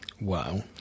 Wow